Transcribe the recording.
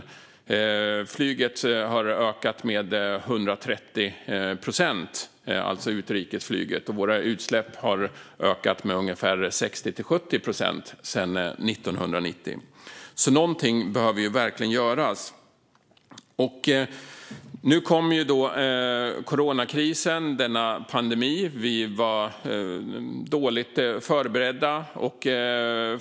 Utrikesflyget har ökat med 130 procent, och våra utsläpp har ökat med ungefär 60-70 procent sedan 1990. Någonting behöver verkligen göras. Nu kom coronakrisen, denna pandemi. Vi var dåligt förberedda.